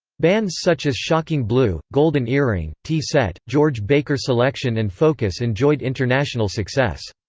bands such as shocking blue, golden earring, tee set, george baker selection and focus enjoyed international success.